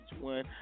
One